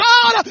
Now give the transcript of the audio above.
God